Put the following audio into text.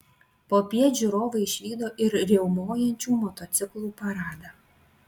popiet žiūrovai išvydo ir riaumojančių motociklų paradą